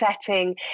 setting